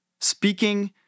Speaking